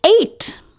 eight